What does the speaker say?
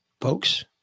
folks